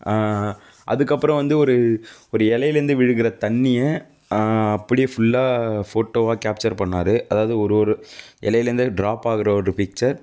அதுக்கப்பறம் வந்து ஒரு ஒரு இலையிலந்து விழுகிற தண்ணியை அப்படியே ஃபுல்லாக ஃபோட்டோவாக கேப்ச்சர் பண்ணினாரு அதாவது ஒரு ஒரு இலையிலந்தே டிராப் ஆகிற ஒரு பிச்சர்